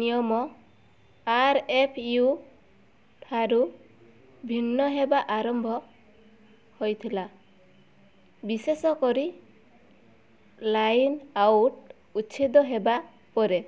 ନିୟମ R F U ଠାରୁ ଭିନ୍ନ ହେବା ଆରମ୍ଭ ହୋଇଥିଲା ବିଶେଷ କରି ଲାଇନ୍ ଆଉଟ୍ ଉଚ୍ଛେଦ ହେବା ପରେ